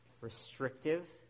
restrictive